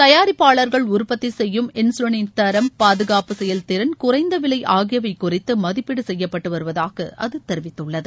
தயாரிப்பாளர்கள் உற்பத்தி செய்யும் இன்கலினின் தரம் பாதுகாப்பு செயல்திறன் குறைந்த விலை ஆகியவை குறித்து மதிப்பீடு செய்யப்பட்டு வருவதாக அது தெரிவித்துள்ளது